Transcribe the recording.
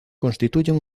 constituyen